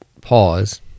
pause